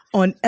on